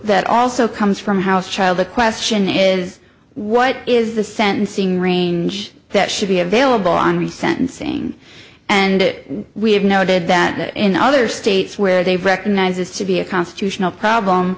that also comes from house child the question is what is the sentencing range that should be available on the sentencing and it we have noted that in other states where they recognize this to be a constitutional problem